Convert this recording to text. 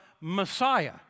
Messiah